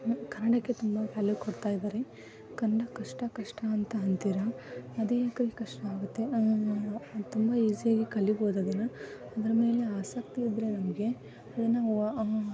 ಕನ್ನಡಕ್ಕೆ ತುಂಬ ವ್ಯಾಲ್ಯು ಕೊಡ್ತಾ ಇದ್ದಾರೆ ಕನ್ನಡ ಕಷ್ಟ ಕಷ್ಟ ಅಂತ ಅಂತೀರ ಅದು ಹೇಗೆ ಅಲ್ಲಿ ಕಷ್ಟ ಆಗುತ್ತೆ ನಾವು ತುಂಬ ಈಝಿಯಾಗಿ ಕಲಿಬೋದು ಅದನ್ನು ಅದರ ಮೇಲೆ ಆಸಕ್ತಿ ಇದ್ದರೆ ನಮಗೆ ಏನೋ